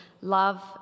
love